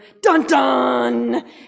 dun-dun